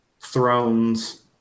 thrones